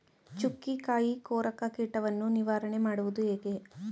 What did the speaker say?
ಚುಕ್ಕಿಕಾಯಿ ಕೊರಕ ಕೀಟವನ್ನು ನಿವಾರಣೆ ಮಾಡುವುದು ಹೇಗೆ?